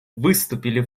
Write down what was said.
выступили